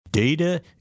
Data